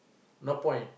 no point